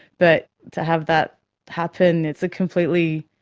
but to have that happen, it's a completely,